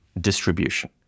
distribution